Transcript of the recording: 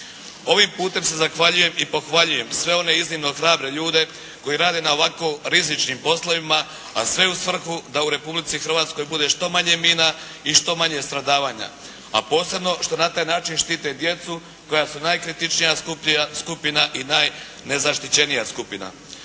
Ovim putem se zahvaljujem i pohvaljujem sve one iznimno hrabre ljude koji rado na ovako rizičnim poslovima, a sve u svrhu da u Republici Hrvatskoj bude što manje mina i što manje stradavanja, a posebno što na taj način štite djecu koja su najkritičnija skupina i najnezaštićenija skupina.